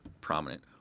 ...prominent